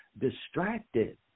distracted